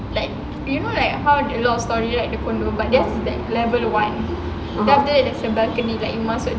like you know like how the loft story the condo but theirs like level one then after that there's a balcony you masuk